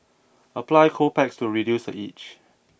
apply cold packs to reduce the itch